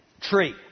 tree